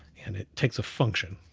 and it takes a function,